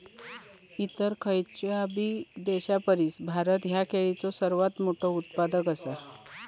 इतर खयचोबी देशापरिस भारत ह्यो केळीचो सर्वात मोठा उत्पादक आसा